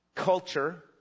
culture